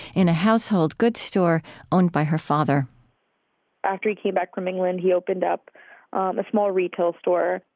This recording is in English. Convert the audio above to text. in a household goods store owned by her father after he came back from england, he opened up um a small retail store.